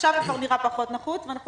עכשיו הוא כבר נראה פחות נחוץ ואנחנו